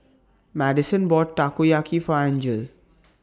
Madisen bought Takoyaki For Angele